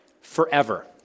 forever